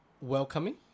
welcoming